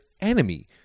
enemy